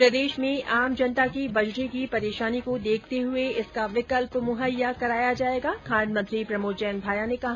प्रदेश में आमजनता की बजरी की परेशानी को देखते हुए इसका विकल्प मुहैया कराया जायेगा खान मंत्री प्रमोद जैन भाया ने कहा